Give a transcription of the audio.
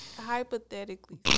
Hypothetically